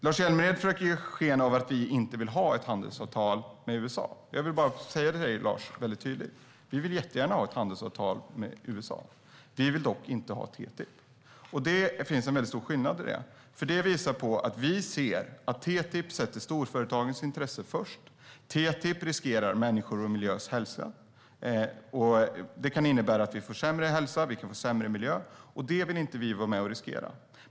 Lars Hjälmered försöker ge sken av att vi inte vill ha ett handelsavtal med USA. Jag vill bara säga väldigt tydligt till Lars: Vi vill jättegärna ha ett handelsavtal med USA. Vi vill dock inte ha TTIP. Det är skillnad, för vi ser att TTIP sätter storföretagens intresse först. TTIP riskerar människors hälsa och miljön. Det kan innebära att vi får sämre hälsa och sämre miljö, och det vill vi inte vara med och riskera.